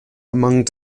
among